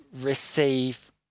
receive